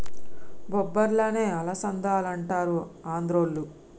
బొబ్బర్లనే అలసందలంటారు ఆంద్రోళ్ళు